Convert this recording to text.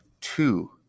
two